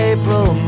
April